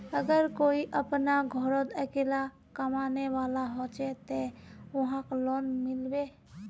अगर कोई अपना घोरोत अकेला कमाने वाला होचे ते वहाक लोन मिलबे?